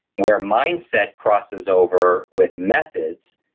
where mindset crosses over with methods,